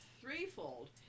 threefold